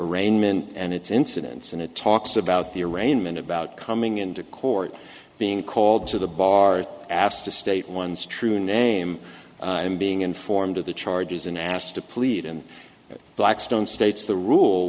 arraignment and it's incidents and it talks about the arraignment about coming into court being called to the bar asked to state one's true name and being informed of the charges and asked to plead and blackstone states the rule